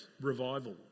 Revival